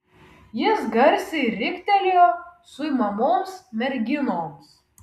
jis garsiai riktelėjo suimamoms merginoms